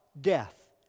Death